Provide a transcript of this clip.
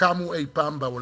שקמו אי-פעם בעולם.